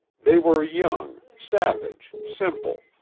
they were young, savage, simple,